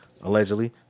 allegedly